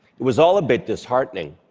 it was all a bit disheartening.